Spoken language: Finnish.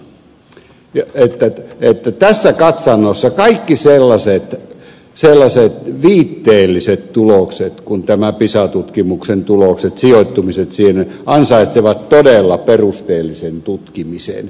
toinen asia on että tässä katsannossa kaikki sellaiset viitteelliset tulokset kuin nämä pisa tutkimuksen tulokset sijoittumiset siinä ansaitsevat todella perusteellisen tutkimisen